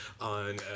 on